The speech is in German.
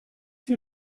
hier